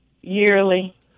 yearly